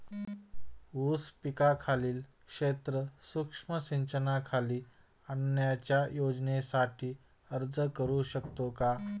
ऊस पिकाखालील क्षेत्र सूक्ष्म सिंचनाखाली आणण्याच्या योजनेसाठी अर्ज करू शकतो का?